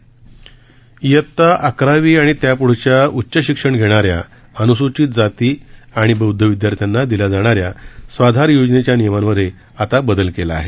ित्ता अकरावी आणि त्यापुढच्या उच्च शिक्षण घेणाऱ्या अनुसूचित जाती आणि नवबौद्ध विद्यार्थ्यांना देण्यात येणाऱ्या स्वाधार योजनेच्या नियमांमध्ये आता बदल करण्यात आला आहे